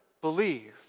believe